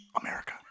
America